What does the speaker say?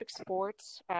sports